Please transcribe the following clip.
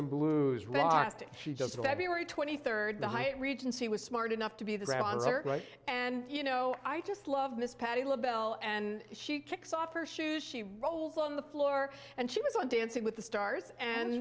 asked she just february twenty third the hyatt regency was smart enough to be the sponsor and you know i just love miss patty labelle and she kicks off her shoes she rolls on the floor and she was dancing with the stars and